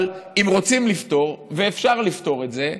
אבל אם רוצים לפתור, ואפשר לפתור את זה,